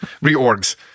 Reorgs